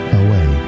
away